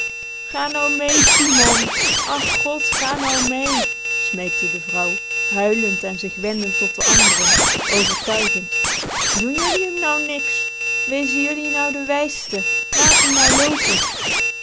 ga nou mee simon ach god ga nou mee smeekte de vrouw huilend en zich wendend tot de anderen overtuigend doen jullie m nou niks wezen jullie nou de wijste laat m nou loopen